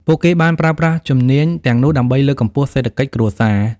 ពួកគេបានប្រើប្រាស់ជំនាញទាំងនោះដើម្បីលើកកម្ពស់សេដ្ឋកិច្ចគ្រួសារ។